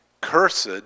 Cursed